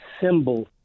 symbol